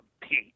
compete